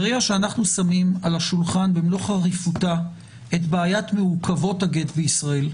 ברגע ששמים על השולחן במלוא חריפותה את בעיית מעוכבות הגט בישראל,